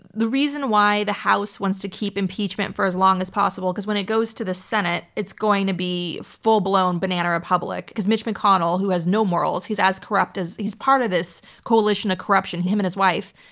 the reason why the house wants to keep impeachment for as long as possible, because when it goes to the senate, it's going to be full-blown banana republic, because mitch mcconnell, who has no morals, he's as corrupt as. he's part of this coalition of corruption, him and his wife,